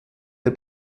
der